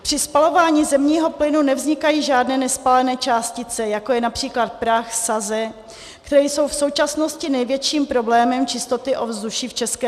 Při spalování zemního plynu nevznikají žádné nespálené částice, jako je například prach, saze, které jsou v současnosti největším problémem čistoty ovzduší v ČR.